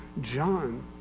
John